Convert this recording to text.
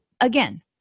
again